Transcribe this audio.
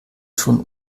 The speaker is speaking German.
schon